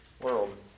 world